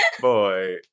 boy